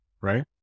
right